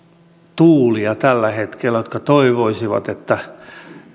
tällä hetkellä tuulia jotka toivoisivat että